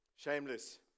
Shameless